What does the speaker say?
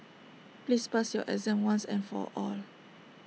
please pass your exam once and for all